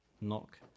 Knock